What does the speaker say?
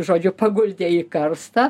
žodžiu paguldė į karstą